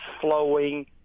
flowing